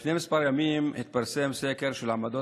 לפני כמה ימים התפרסם סקר של עמדות